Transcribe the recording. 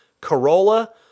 Corolla